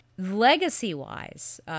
Legacy-wise